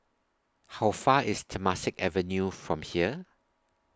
How Far IS Temasek Avenue from here